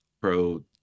pro